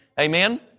Amen